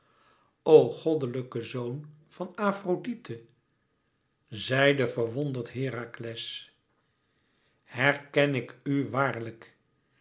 o goddelijke zoon van afrodite zeide verwonderd herakles herken ik u waarlijk